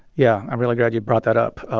yeah, i'm really glad you brought that up.